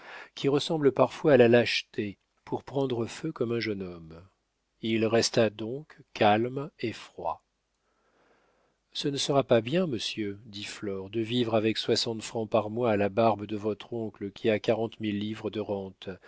qui ressemble parfois à la lâcheté pour prendre feu comme un jeune homme il resta donc calme et froid ce ne sera pas bien monsieur dit flore de vivre avec soixante francs par mois à la barbe de votre oncle qui a quarante mille livres de rente